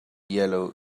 yellow